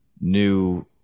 new